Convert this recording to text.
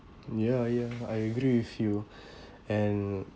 ya ya I agree with you and